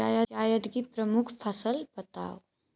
जायद की प्रमुख फसल बताओ